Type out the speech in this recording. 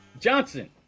Johnson